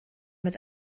mit